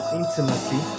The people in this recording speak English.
intimacy